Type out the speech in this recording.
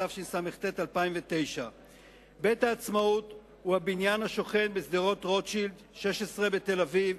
התשס"ט 2009. בית-העצמאות הוא הבניין השוכן בשדרות-רוטשילד 16 בתל-אביב,